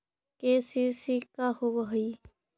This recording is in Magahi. के.सी.सी का होव हइ?